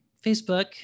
Facebook